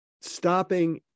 stopping